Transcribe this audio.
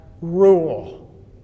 rule